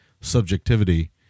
subjectivity